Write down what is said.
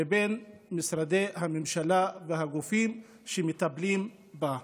לבין משרדי הממשלה והגופים שמטפלים בה.